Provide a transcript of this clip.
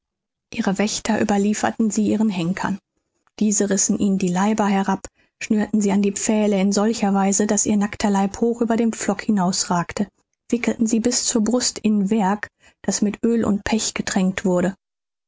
ihre wächter überlieferten sie ihren henkern diese rissen ihnen die kleiber herab schnürten sie an die pfähle in solcher weise daß ihr nackter leib hoch über den pflock hinausragte wickelten sie bis zur brust in werg das mit oel und pech getränkt wurde